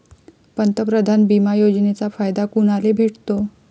पंतप्रधान बिमा योजनेचा फायदा कुनाले भेटतो?